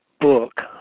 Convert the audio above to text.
book